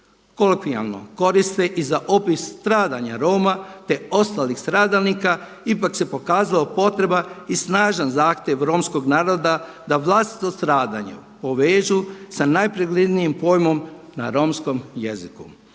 kolokvijalno koriste i za opis stradanja Roma te ostalih stradalnika ipak se pokazala potreba i snažan zahtjev romskog naroda da vlastito stradanje povežu sa najpreglednijim pojmom na romskom jeziku.